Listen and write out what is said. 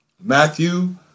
Matthew